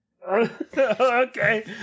Okay